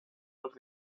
los